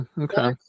okay